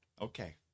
Okay